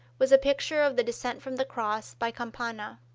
was a picture of the descent from the cross by campana.